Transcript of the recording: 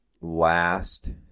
last